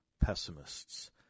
pessimists